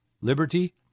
liberty